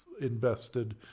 invested